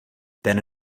ten